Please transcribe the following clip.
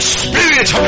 spirit